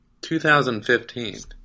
2015